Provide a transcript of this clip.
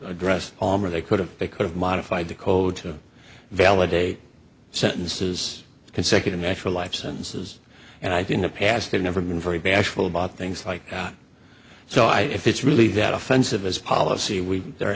address or they could have they could have modified the code to validate sentences consecutive natural life sentences and i do in the past have never been very bashful about things like that so i if it's really that offensive as policy we there